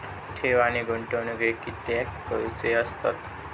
ठेव आणि गुंतवणूक हे कित्याक करुचे असतत?